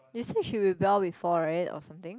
you said she rebel before right or something